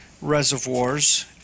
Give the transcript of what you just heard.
reservoirs